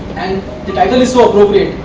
and the title is so appropriate,